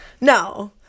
No